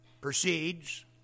Proceeds